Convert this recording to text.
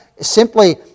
simply